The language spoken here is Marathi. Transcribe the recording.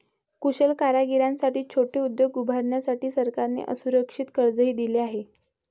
कुशल कारागिरांसाठी छोटे उद्योग उभारण्यासाठी सरकारने असुरक्षित कर्जही दिले आहे